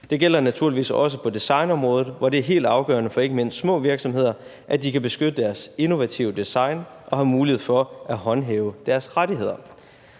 Det gælder naturligvis også på designområdet, hvor det er helt afgørende for ikke mindst små virksomheder, at de kan beskytte deres innovative design og har mulighed for at håndhæve deres rettigheder.